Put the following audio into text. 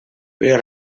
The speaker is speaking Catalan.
però